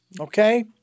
okay